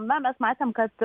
na mes matėm kad